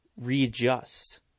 readjust